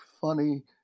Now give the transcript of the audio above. funny